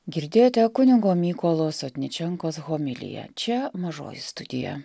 girdėjote kunigo mykolo sotničenkos homiliją čia mažoji studija